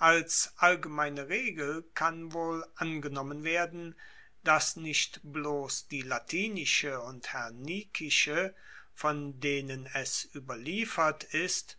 als allgemeine regel kann wohl angenommen werden dass nicht bloss die latinische und hernikische von denen es ueberliefert ist